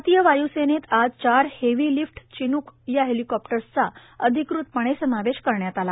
भारतीय वाय्सेनेत आज चार हेवी लिफ्ट चिन्क हेलिकॉप्टर्सचा अधिकृतपणे समावेश करण्यात आला